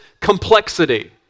complexity